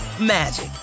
magic